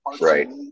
Right